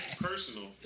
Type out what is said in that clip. personal